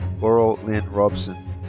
coral lynn robson.